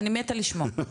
אני 'מתה' לשמוע.